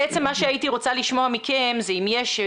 בעצם מה שהייתי רוצה לשמוע מכם בהמשך,